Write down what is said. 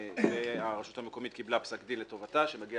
והרשות המקומית קיבלה פסק דין לטובתה שמגיע